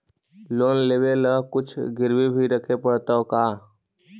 Loan लेबे ल कुछ गिरबी भी रखे पड़तै का?